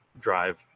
drive